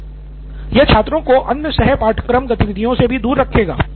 सिद्धार्थ मटूरी यह छात्रों को अन्य सह पाठयक्रम गतिविधियों से भी दूर रखेगा